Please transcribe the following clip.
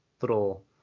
Little